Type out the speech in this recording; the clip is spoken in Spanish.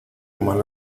mal